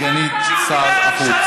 סגנית שר החוץ,